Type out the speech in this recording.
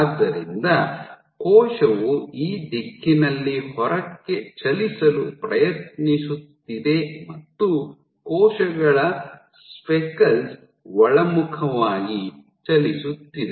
ಆದ್ದರಿಂದ ಕೋಶವು ಈ ದಿಕ್ಕಿನಲ್ಲಿ ಹೊರಕ್ಕೆ ಚಲಿಸಲು ಪ್ರಯತ್ನಿಸುತ್ತಿದೆ ಮತ್ತು ಕೋಶಗಳ ಸ್ಪೆಕಲ್ಸ್ ಒಳಮುಖವಾಗಿ ಚಲಿಸುತ್ತಿದೆ